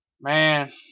Man